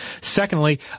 Secondly